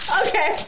okay